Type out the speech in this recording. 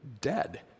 dead